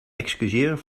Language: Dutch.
excuseren